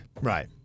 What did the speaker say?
Right